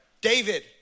David